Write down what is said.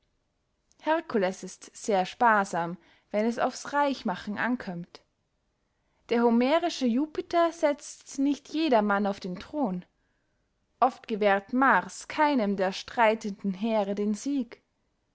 herkules ist sehr sparsam wenn es aufs reichmachen ankömmt der homerische jupiter setzt nicht jedermann auf den thron oft gewährt mars keinem der streitenden heere den sieg